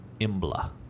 Imbla